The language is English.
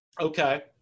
Okay